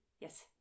yes